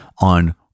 on